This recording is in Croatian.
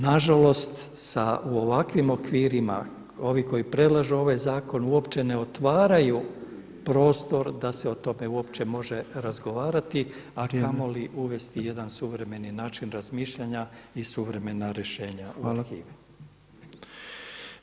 Nažalost sa, u ovakvim okvirima ovih koji predlažu ovaj zakon uopće ne otvaraju prostor da se o tome uopće može razgovarati a kamoli uvesti jedan suvremeni način razmišljanja i suvremena rješenja u arhivima.